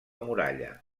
muralla